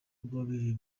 bwabereye